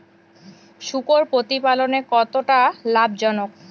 শূকর প্রতিপালনের কতটা লাভজনক?